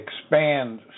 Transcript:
expand